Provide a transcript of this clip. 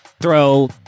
Throw